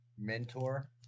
mentor